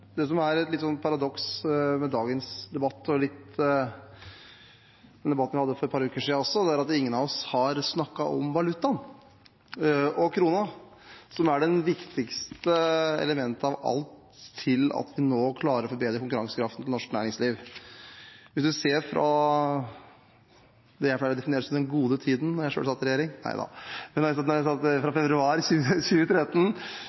Det som er et lite paradoks i dagens debatt og i den debatten vi hadde for et par uker siden også, er at ingen av oss har snakket om valutaen, kronen, som er det viktigste elementet av alle for at vi nå klarer å forbedre konkurransekraften til norsk næringsliv. Hvis man ser på det jeg pleier å definere som den gode tiden, da jeg selv satt i regjering, fra februar 2013